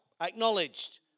Acknowledged